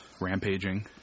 rampaging